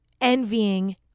envying